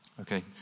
Okay